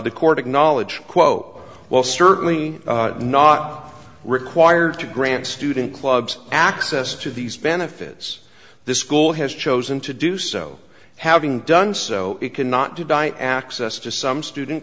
the court acknowledged quote while certainly not required to grant student clubs access to these benefits the school has chosen to do so having done so it cannot deny access to some student